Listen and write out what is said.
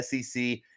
SEC